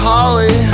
Holly